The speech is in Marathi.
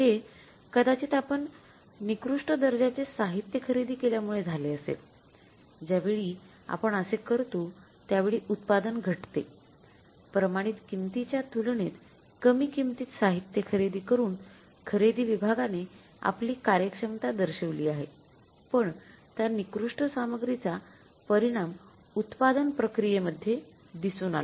हे कदाचित आपण निकृष्ट दर्जाचे साहित्य खरेदी केल्यामुळे झाले असेल ज्यावेळी आपण असे करतो त्यावेळी उत्पादन घटते प्रमाणित किंमतीच्या तुलनेत कमी किंमतीत साहित्य खरेदी करुन खरेदी विभागाने आपली कार्यक्षमता दर्शविली आहे पण त्या निकृष्ट सामग्रीचा परिणाम उत्पादन प्रक्रियेमधेय दिसून आला